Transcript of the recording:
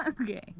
Okay